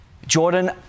Jordan